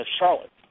Charlotte